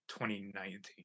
2019